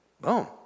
boom